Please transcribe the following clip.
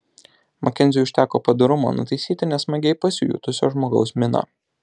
makenziui užteko padorumo nutaisyti nesmagiai pasijutusio žmogaus miną